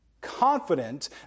confident